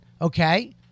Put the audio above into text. Okay